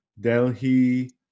Delhi